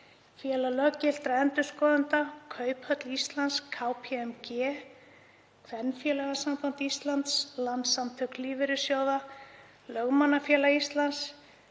Félag löggiltra endurskoðenda, Kauphöll Íslands, KPMG, Kvenfélagasamband Íslands, Landssamtök lífeyrissjóða, Lögmannafélag Íslands,